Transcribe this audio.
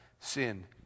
sin